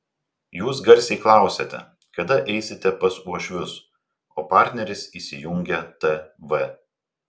jūs garsiai klausiate kada eisite pas uošvius o partneris įsijungia tv